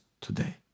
today